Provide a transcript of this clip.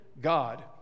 God